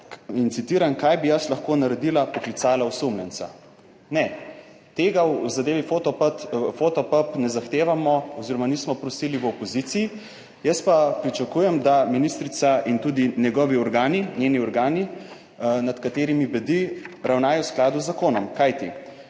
in citiram: »Kaj bi jaz lahko naredila, poklicala osumljenca?« Ne, tega v zadevi Fotopub ne zahtevamo oziroma nismo prosili v opoziciji. Jaz pa pričakujem, da ministrica in tudi njeni organi, nad katerimi bdi, ravnajo v skladu z zakonom, kajti